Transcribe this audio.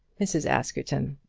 mrs. askerton,